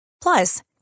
Plus